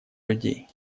людей